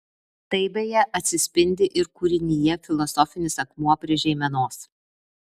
tai beje atsispindi ir kūrinyje filosofinis akmuo prie žeimenos